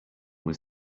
was